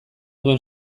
duen